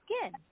skin